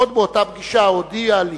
עוד באותה פגישה הודיע לי